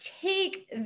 take